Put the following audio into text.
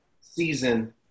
season